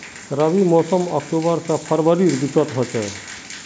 रविर मोसम अक्टूबर से फरवरीर बिचोत होचे